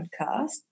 podcast